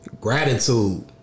gratitude